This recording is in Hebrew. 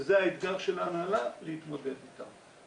וזה האתגר של ההנהלה להתמודד איתם.